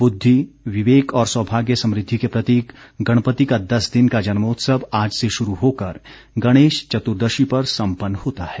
बुद्धि विवेक और सौभाग्य समृद्धि के प्रतीक गणपति का दस दिन का जन्मोत्सव आज से शुरु होकर गणेश चतुर्देशी पर सम्पन्न होता है